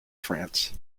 france